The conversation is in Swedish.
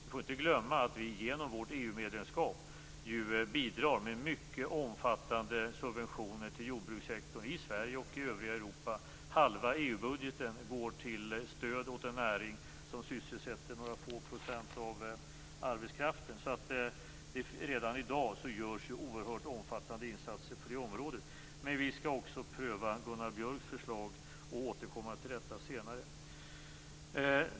Vi får inte glömma att vi genom vårt EU medlemskap bidrar med mycket omfattande subventioner till jordbrukssektorn i Sverige och i övriga Halva EU-budgeten går till stöd åt en näring som sysselsätter några få procent av arbetskraften. Redan i dag görs oerhört omfattande insatser på området. Men vi skall också pröva Gunnar Björks förslag och återkomma till detta senare.